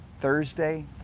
Thursday